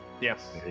Yes